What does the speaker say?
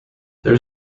there